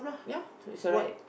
ya that's alright